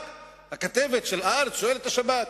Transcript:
והכתבת של "הארץ" שואלת את השב"כ.